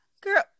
Girl